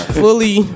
fully